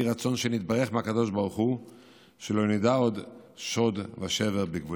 יהי רצון שנתברך מהקדוש ברוך הוא שלא נדע עוד שוד ושבר בגבולנו.